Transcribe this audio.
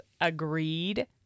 agreed